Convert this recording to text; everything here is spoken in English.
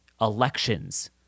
elections